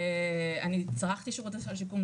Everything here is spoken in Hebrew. אני צרכתי שירות הסל שיקום,